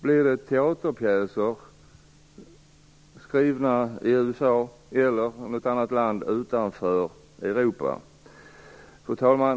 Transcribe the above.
Blir det teaterpjäser skrivna i USA eller något annat land utanför Europa? Fru talman!